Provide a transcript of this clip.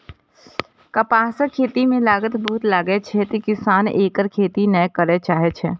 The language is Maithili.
कपासक खेती मे लागत बहुत लागै छै, तें किसान एकर खेती नै करय चाहै छै